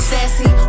Sassy